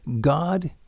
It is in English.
God